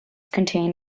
contain